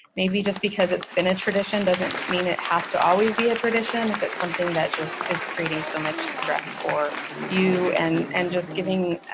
maybe just because it's been a tradition doesn't mean it has to always be a tradition, if it's something that just is creating so much stress for you, and and just giving,